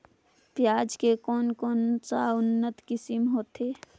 पियाज के कोन कोन सा उन्नत किसम होथे?